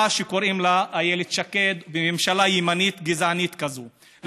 שקוראים לה איילת שקד וממשלה ימנית גזענית כזאת.